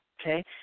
okay